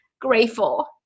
grateful